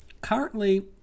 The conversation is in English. currently